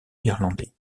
irlandais